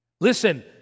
Listen